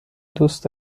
دوست